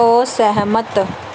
ਅਸਹਿਮਤ